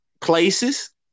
places